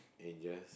and just